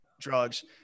drugs